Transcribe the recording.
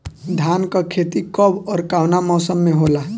धान क खेती कब ओर कवना मौसम में होला?